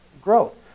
growth